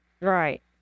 Right